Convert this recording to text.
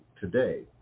today